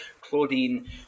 Claudine